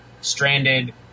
stranded